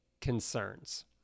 concerns